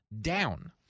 down